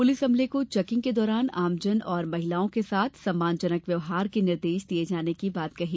police अमले को checking के दौरान आमजन औरं महिलाओं के साथ सम्मानजनक व्यवहार के निर्देश दिये जाने की बात कही